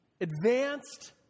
advanced